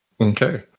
Okay